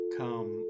come